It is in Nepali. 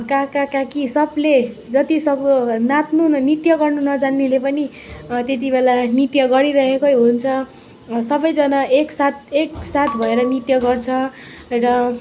काका काकी सबले जतिसक्दो नाच्नु नृत्य गर्नु नजान्नेले पनि त्यतिबेला नृत्य गरिरहेकै हुन्छ सबैजना एकसाथ एकसाथ भएर नृत्य गर्छ र